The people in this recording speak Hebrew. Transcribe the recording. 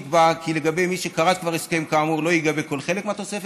נקבע כי לגבי מי שכרת כבר הסכם כאמור לא ייגבה כל חלק מהתוספת,